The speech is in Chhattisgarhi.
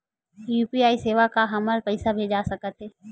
यू.पी.आई से का हमर पईसा भेजा सकत हे?